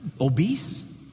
obese